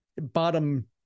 bottom